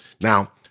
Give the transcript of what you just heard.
Now